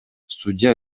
судья